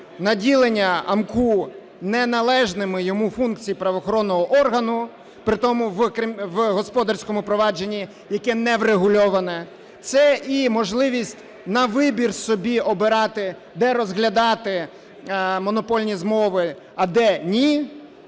наділення АМКУ неналежними йому функцій правоохоронного органу притому в господарському провадженні, яке не врегульоване, це і можливість на вибір собі обирати, де розглядати монопольні змови, а де ні.